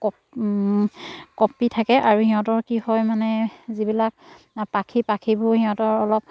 কপ কপি থাকে আৰু সিহঁতৰ কি হয় মানে যিবিলাক পাখি পাখিববোৰ সিহঁতৰ অলপ